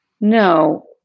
No